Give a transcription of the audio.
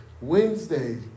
Wednesday